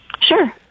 Sure